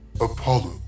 Apollo